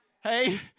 Hey